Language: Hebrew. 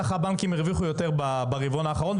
כך הבנקים הרוויחו יותר ברבעון האחרון,